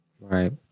Right